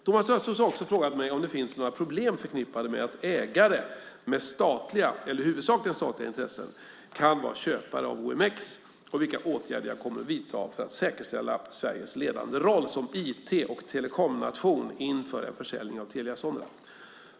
Thomas Östros har också frågat mig om det finns några problem förknippade med att ägare med statliga eller huvudsakligen statliga intressen kan vara köpare av OMX och vilka åtgärder jag kommer att vidta för att säkerställa Sveriges ledande roll som IT och telekomnation inför en försäljning av Telia Sonera.